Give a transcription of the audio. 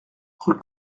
rue